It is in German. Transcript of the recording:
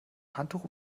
handtuch